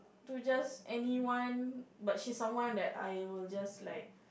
to just anyone but she's someone that I will just like